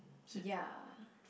ya